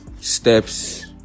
steps